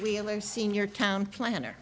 wheeler senior town planner